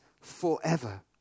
forever